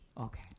Okay